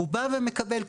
הוא פשוט בא לקבל את זה.